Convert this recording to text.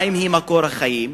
המים הם מקור החיים